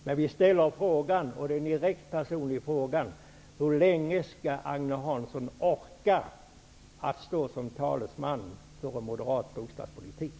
Men vi ställer frågan -- en direkt personlig fråga -- hur länge Agne Hansson skall orka stå som talesman för moderat bostadspolitik.